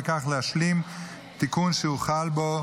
ובכך להשלים תיקון שהוחל בו